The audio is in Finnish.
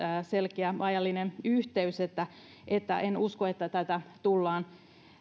selkeä ajallinen yhteys eli en usko että tätä tullaan